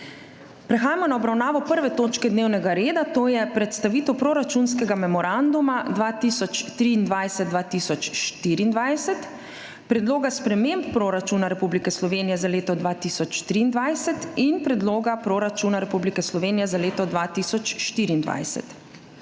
Klemnu Boštjančiču, še za dodatno predstavitev proračunskega memoranduma 2023, 2024, Predloga sprememb proračuna Republike Slovenije za leto 2023 in Predloga proračuna Republike Slovenije za leto 2024.